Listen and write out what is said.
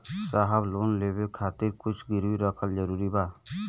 साहब लोन लेवे खातिर कुछ गिरवी रखल जरूरी बा?